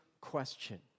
question